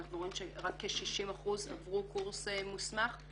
אנחנו רואים שרק כ-60% עברו קורס מוסמך.